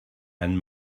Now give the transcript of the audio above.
einen